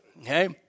Okay